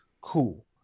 Cool